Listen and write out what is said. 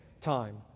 time